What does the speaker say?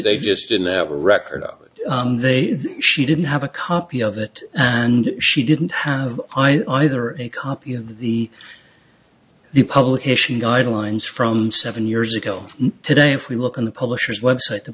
they just in that record they she didn't have a copy of it and she didn't have either a copy of the the publication guidelines from seven years ago today if we look on the publishers website t